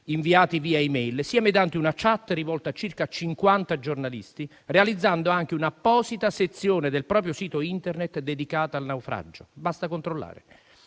inviati via *e-mail*, sia mediante una *chat* rivolta a circa 50 giornalisti, realizzando anche un'apposita sezione del proprio sito Internet dedicata al naufragio (basta controllare).